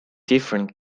different